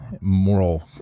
moral